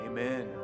Amen